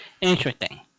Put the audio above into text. Interesting